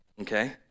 Okay